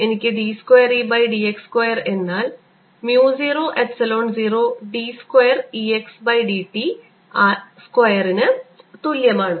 എനിക്ക് d square E x by d x square എന്നാൽ mu 0 epsilon 0 d square E x by d t സ്ക്വയറിന് തുല്യമാണ്